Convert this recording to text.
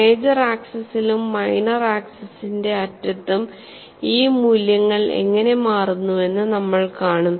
major ആക്സിസിലും minor ആക്സിസിന്റെ അറ്റത്തും ഈ മൂല്യങ്ങൾ എങ്ങനെ മാറുന്നുവെന്ന് നമ്മൾ കാണും